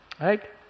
right